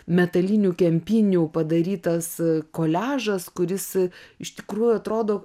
metalinių kempinių padarytas koliažas kuris iš tikrųjų atrodo